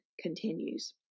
continues